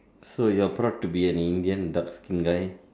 so you're proud to be an Indian dark skinned guy